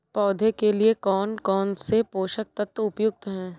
पौधे के लिए कौन कौन से पोषक तत्व उपयुक्त होते हैं?